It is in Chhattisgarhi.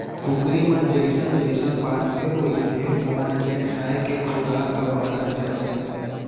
कुकरी मन जइसन जइसन बाढ़थें वोइसने ओमन के खाए के खुराक ह बाढ़त जाथे